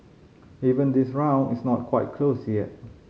even this round is not quite closed yet